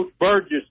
Burgess